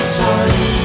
time